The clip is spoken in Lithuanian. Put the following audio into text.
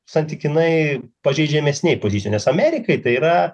santykinai pažeidžiamesnėj pozicijoj nes amerikai tai yra